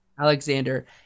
Alexander